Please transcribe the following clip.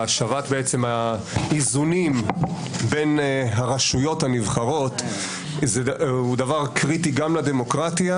והשבת האיזונים בין הרשויות הנבחרות זה דבר קריטי גם לדמוקרטיה